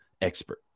expert